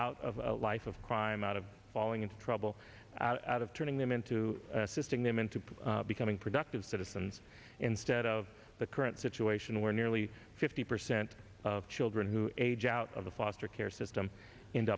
out of a life of crime out of falling into trouble out of turning them into assisting them into put becoming productive citizens instead of the current situation where nearly fifty percent of children who age out of the foster care system